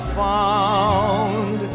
found